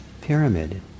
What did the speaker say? pyramid